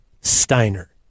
Steiner